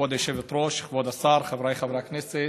כבוד היושבת-ראש, כבוד השר, חבריי חברי הכנסת,